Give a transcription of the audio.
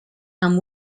amb